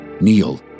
Neil